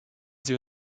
sie